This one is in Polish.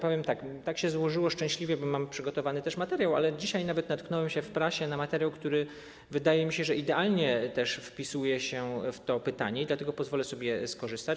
Powiem tak, tak się złożyło szczęśliwie, choć mam przygotowany też materiał, że dzisiaj nawet natknąłem się w prasie na materiał, który, wydaje mi się, idealnie wpisuje się w to pytanie i dlatego pozwolę sobie z niego skorzystać.